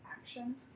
action